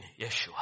Yeshua